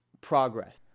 progress